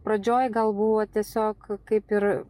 pradžioj gal buvo tiesiog kaip ir